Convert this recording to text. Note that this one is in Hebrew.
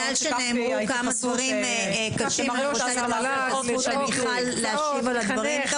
בגלל שנאמרו כמה דברים קשים אני רוצה שמיכל נוימן תוכל להשיב על הדברים.